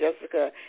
Jessica